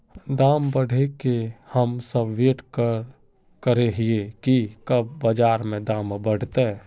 दाम बढ़े के हम सब वैट करे हिये की कब बाजार में दाम बढ़ते?